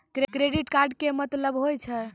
Credit card के मतलब होय छै?